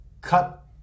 cut